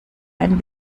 ein